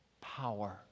power